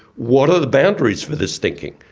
what are the boundaries for this thinking?